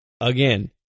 again